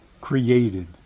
created